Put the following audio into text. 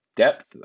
depth